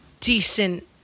Decent